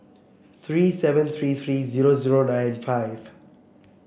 three seven three three zero zero nine five